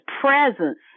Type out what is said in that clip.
presence